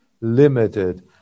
limited